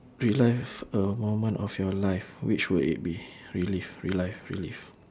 relive a moment of your life which would it be relive relive relive